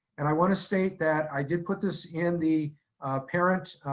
and i wanna state that i did put this in the parent